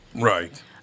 Right